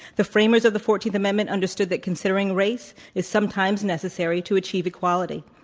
the framers of the fourteenth amendment understood that considering race is sometimes necessary to achieve equality.